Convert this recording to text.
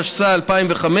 התשס"ה 2005,